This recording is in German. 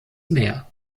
mehr